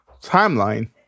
timeline